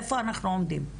איפה אנחנו עומדים?